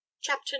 chapter